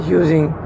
using